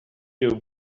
you